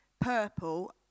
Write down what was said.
purple